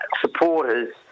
supporters